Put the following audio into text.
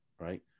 right